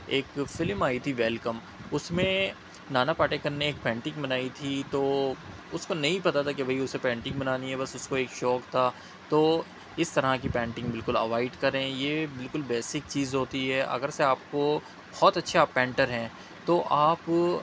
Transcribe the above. ایک فلم آئی تھی ویلکم اس میں نانا پاٹیکر نے ایک پینٹنگ بنائی تھی تو اس کو نہیں پتا تھا کہ بھائی اسے پینٹنگ بنانی ہے بس اس کو ایک شوق تھا تو اس طرح کی پینٹنگ بالکل اوائڈ کریں یہ بالکل بیسک چیز ہوتی ہے اگر سے آپ کو بہت اچھے آپ پینٹر ہیں تو آپ